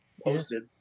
posted